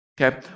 Okay